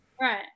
right